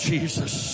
Jesus